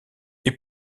est